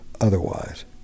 otherwise